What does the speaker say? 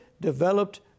developed